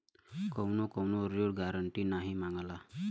कउनो कउनो ऋण गारन्टी नाही मांगला